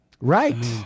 Right